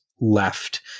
left